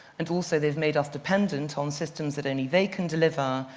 and also they've made us dependent on systems that only they can deliver,